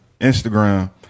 Instagram